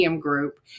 group